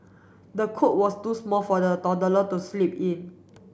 the cot was too small for the toddler to sleep in